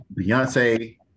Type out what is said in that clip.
Beyonce